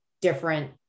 different